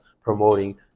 promoting